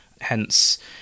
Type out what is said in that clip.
Hence